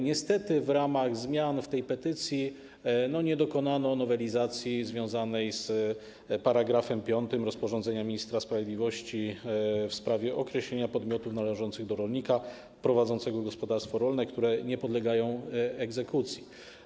Niestety w ramach zmian zaproponowanych w tej petycji nie dokonano nowelizacji związanej z § 5 rozporządzenia ministra sprawiedliwości w sprawie określenia przedmiotów należących do rolnika prowadzącego gospodarstwo rolne, które nie podlegają egzekucji.